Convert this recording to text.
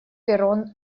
перрон